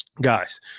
Guys